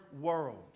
world